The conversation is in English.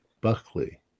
Buckley